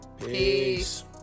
Peace